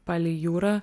palei jūrą